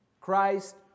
Christ